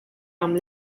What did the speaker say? amb